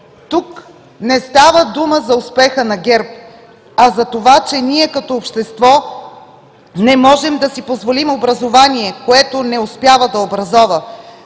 Тук не става дума за успеха на ГЕРБ, а за това, че ние, като общество не можем да си позволим образование, което не успява да образова;